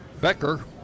Becker